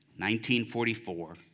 1944